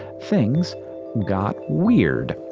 things got weird.